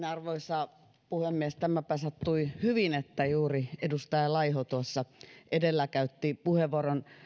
arvoisa puhemies tämäpä sattui hyvin että juuri edustaja laiho tuossa edellä käytti puheenvuoron